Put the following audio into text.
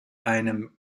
einem